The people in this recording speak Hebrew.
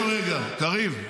תקשיב רגע, קריב,